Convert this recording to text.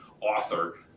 author